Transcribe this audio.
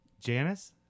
Janice